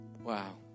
wow